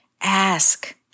Ask